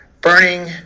burning